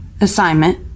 assignment